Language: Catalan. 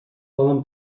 poden